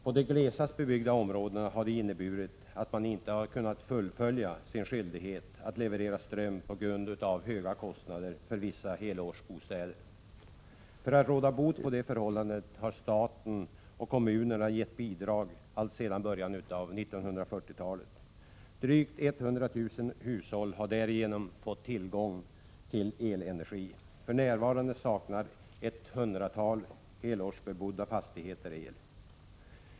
På de glesast bebyggda områdena har det inneburit att man på grund av höga kostnader för vissa helårsbostäder inte har kunnat fullfölja sin skyldighet att leverera ström. För att råda bot på det förhållandet har staten och kommunerna alltsedan början av 1940-talet gett bidrag. Drygt 100 000 hushåll har därigenom fått tillgång till elenergi. För närvarande saknar ett hundratal helårsbebodda fastigheter el.